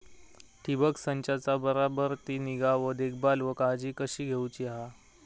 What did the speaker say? ठिबक संचाचा बराबर ती निगा व देखभाल व काळजी कशी घेऊची हा?